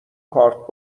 کارت